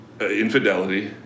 infidelity